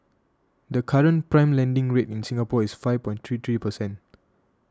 the current prime lending rate in Singapore is five point three three percent